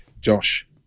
Josh